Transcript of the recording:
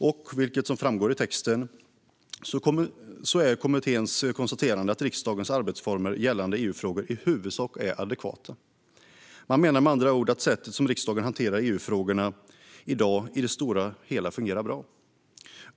Så som framgår i texten konstaterar kommittén att riksdagens arbetsformer gällande EU-frågor i huvudsak är adekvata. Man menar med andra ord att sättet som riksdagen hanterar EU-frågorna på i dag i det stora hela fungerar bra.